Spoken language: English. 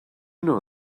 know